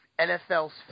nfl's